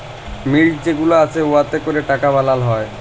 মিল্ট যে গুলা আসে উয়াতে ক্যরে টাকা বালাল হ্যয়